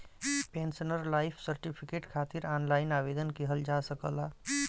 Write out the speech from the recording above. pensioner life certificate खातिर online आवेदन किहल जा सकला